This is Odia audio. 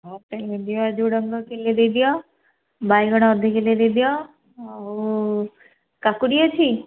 ହଉ ତା'ହେଲେ ଦିଅ ଝୁଡ଼ଙ୍ଗ କିଲେ ଦେଇଦିଅ ବାଇଗଣ ଅଧ କିଲେ ଦେଇଦିଅ ଆଉ କାକୁଡ଼ି ଅଛି